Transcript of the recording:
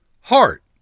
heart